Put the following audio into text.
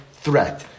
threat